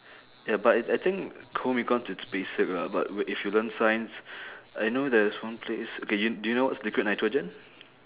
ya but I I think home econs it's basic lah but wh~ if you learn science I know there's one place okay you do you know what's liquid nitrogen